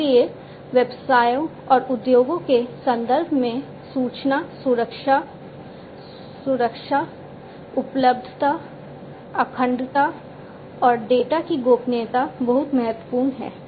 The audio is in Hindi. इसलिए व्यवसायों और उद्योगों के संदर्भ में सूचना सुरक्षा सुरक्षा उपलब्धता अखंडता और डेटा की गोपनीयता बहुत महत्वपूर्ण है